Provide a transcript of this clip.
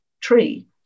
tree